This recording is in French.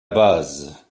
base